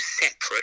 separate